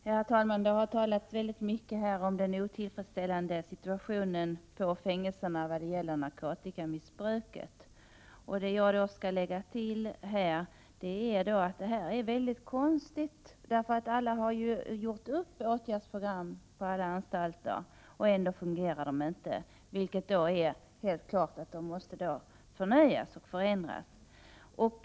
Herr talman! Det har talats väldigt mycket om den otillfredsställande situation på fängelserna som narkotikamissbruket vållar. Det jag skall tillägga är att detta är mycket konstigt. Åtgärdsprogram har ju gjorts upp på alla anstalter. Ändå fungerar det inte, vilket helt klart betyder att åtgärdsprogrammen måste förnyas och förändras.